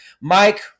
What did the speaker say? Mike